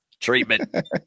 treatment